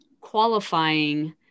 qualifying